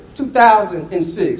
2006